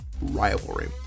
rivalry